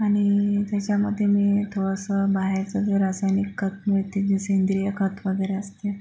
आणि त्याच्यामध्ये मी थोडंसं बाहेरचं जे रासायनिक खत मिळते जे सेंद्रिय खत वगैरे असते